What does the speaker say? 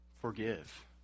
Forgive